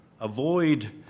avoid